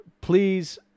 please